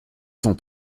sont